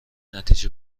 نتیجه